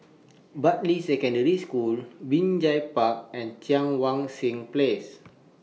Bartley Secondary School Binjai Park and Cheang Wan Seng Place